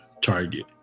target